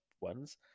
ones